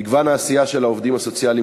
מגוון העשייה של העובדים הסוציאליים